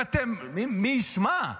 ואתם, מי ישמע,